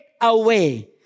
away